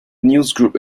newsgroup